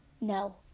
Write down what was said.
No